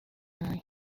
eye